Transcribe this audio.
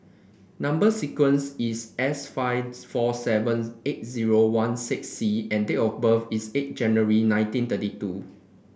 number sequence is S five four seven eight zero one six C and date of birth is eight January nineteen thirty two